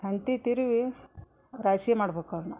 ಹಂತಿ ತಿರಿವಿ ರಾಶಿ ಮಾಡ್ಬೇಕು ಅವ್ನ